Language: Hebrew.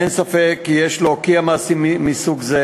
אין ספק כי יש להוקיע מעשים מסוג זה